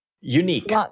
unique